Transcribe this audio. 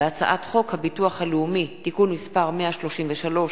והצעת חוק הביטוח הלאומי (תיקון מס' 133,